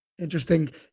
Interesting